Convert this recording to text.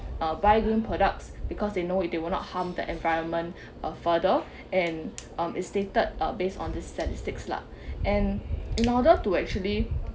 buy green products because they know if they will not harm the environment uh further and um it stated uh based on the statistics lah and in order to actually